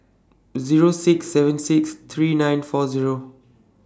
Zero six seven six three nine four Zero